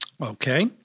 Okay